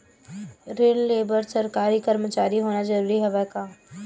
ऋण ले बर सरकारी कर्मचारी होना जरूरी हवय का?